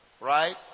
right